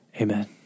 Amen